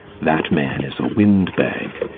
that man is a wind-bag.